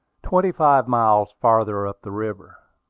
twenty-five miles farther up the river.